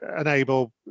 enable